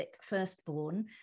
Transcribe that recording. firstborn